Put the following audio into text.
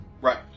Right